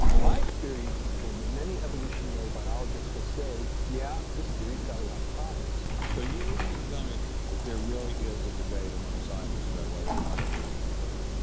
my experience has been that many evolutionary biologists will say, yeah, this theory's got a lot of problems. so you you mean to tell me that there really is a debate among scientists about whether or not evolution occurred?